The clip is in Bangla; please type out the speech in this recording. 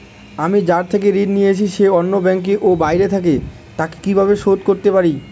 আমি যার থেকে ঋণ নিয়েছে সে অন্য ব্যাংকে ও বাইরে থাকে, তাকে কীভাবে শোধ করতে পারি?